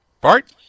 Bart